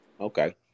Okay